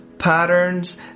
Patterns